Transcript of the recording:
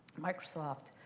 microsoft,